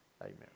Amen